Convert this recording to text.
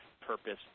purpose